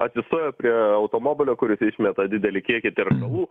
atsistoja prie automobilio kuris išmeta didelį kiekį teršalų